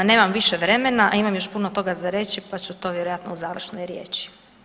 Nemam više vremena, a imam još puno toga za reći, pa ću to vjerojatno u završnoj riječi.